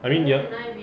I mean you want